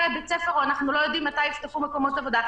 יהיו בתי-ספר או אנחנו לא יודעים מתי יפתחו מקומות עבודה?